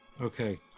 Okay